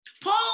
paul